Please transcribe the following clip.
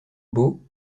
beau